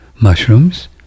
Mushrooms